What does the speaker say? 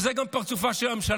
וזה גם פרצופה של הממשלה.